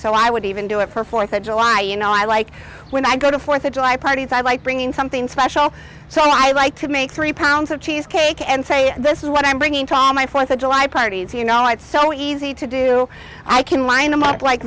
so i would even do it for fourth of july you know i like when i go to fourth of july parties i like bringing something special so i like to make three pounds of cheesecake and say this is what i'm bringing tom my fourth of july parties you know it's so easy to do i can line them up like